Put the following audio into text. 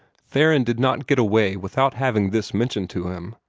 theron did not get away without having this mentioned to him,